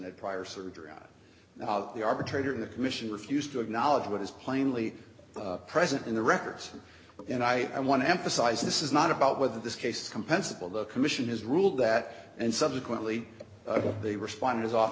had prior surgery on the arbitrator the commission refused to acknowledge what is plainly present in the records and i want to emphasize this is not about whether this case compensable the commission has ruled that and subsequently they respond as of